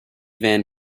van